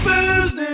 Booze